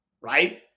right